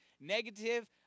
negative